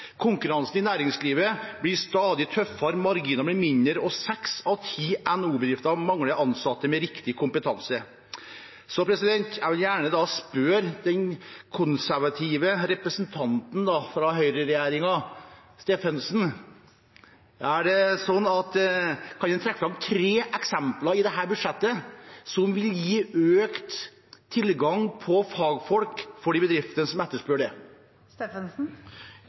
næringslivet blir stadig tøffere, marginene blir mindre, og seks av ti NHO-bedrifter mangler ansatte med riktig kompetanse. Jeg vil gjerne spørre den konservative representanten Steffensen fra høyreregjeringen: Kan han trekke fram tre eksempler i dette budsjettet som vil gi økt tilgang på fagfolk for de bedriftene som etterspør